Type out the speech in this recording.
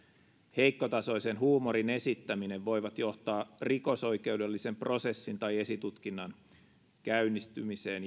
heikkotasoisen huumorin esittäminen voivat johtaa rikosoikeudellisen prosessin tai esitutkinnan käynnistymiseen